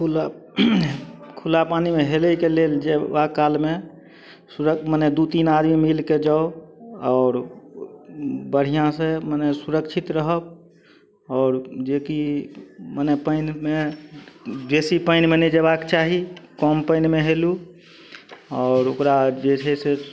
खुला खुला पानिमे हेलयके लेल जेबाक कालमे दू तीन आदमी मिलके जाउ आओर बढ़िऑं से मने सुरक्षित रहब आओर जेकि मने पानिमे बेसी पानिमे नहि जेबाक चाही कम पानिमे हेलू आओर ओकरा जे छै से